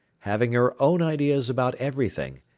having her own ideas about everything,